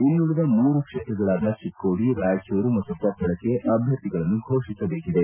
ಇನ್ನುಳಿದ ಮೂರು ಕ್ಷೇತ್ರಗಳಾದ ಚಿಕ್ಕೋಡಿ ರಾಯಚೂರು ಮತ್ತು ಕೊಪ್ಪಳಕ್ಕೆ ಅಭ್ಯರ್ಥಿಗಳನ್ನು ಘೋಷಿಸಬೇಕಿದೆ